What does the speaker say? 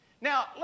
Now